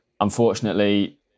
unfortunately